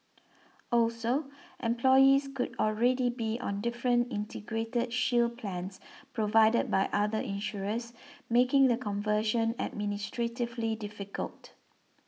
also employees could already be on different Integrated Shield plans provided by other insurers making the conversion administratively difficult